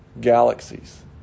galaxies